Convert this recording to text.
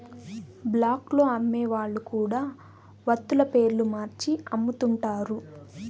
black లో అమ్మే వాళ్ళు కూడా వత్తుల పేర్లు మార్చి అమ్ముతుంటారు